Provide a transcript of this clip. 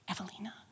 Evelina